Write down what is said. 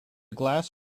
glass